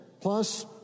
plus